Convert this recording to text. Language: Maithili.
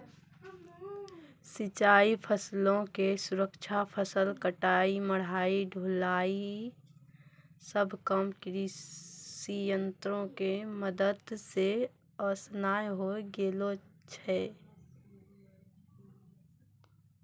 सिंचाई, फसलो के सुरक्षा, फसल कटाई, मढ़ाई, ढुलाई इ सभ काम कृषियंत्रो के मदत से असान होय गेलो छै